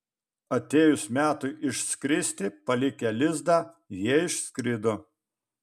atėjus metui išskristi palikę lizdą jie išskrido